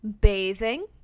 bathing